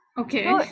Okay